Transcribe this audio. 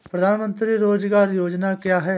प्रधानमंत्री रोज़गार योजना क्या है?